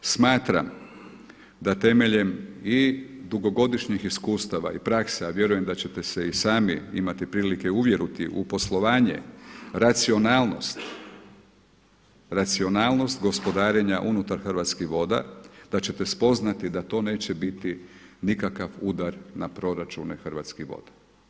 Smatram da temeljem i dugogodišnjih iskustava i praksa, a vjerujem da ćete se i sami imati prilike uvjeriti u poslovanje, racionalnost, racionalnost gospodarenja unutar Hrvatskih voda, da ćete spoznati da to neće biti nikakav udar na proračune Hrvatskih voda.